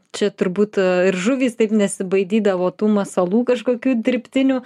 čia turbūt ir žuvys taip nesibaidydavo tų masalų kažkokių dirbtinių